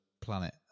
planet